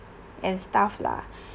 and stuff lah